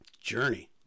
journey